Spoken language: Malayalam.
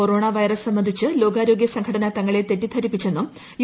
കൊറോണ വൈറസ് സംബന്ധിച്ച് ലോകാരോഗൃ സംഘടന തങ്ങളെ തെറ്റിദ്ധരിപ്പിച്ചെന്നും യു